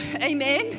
Amen